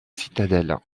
citadelle